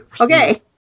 Okay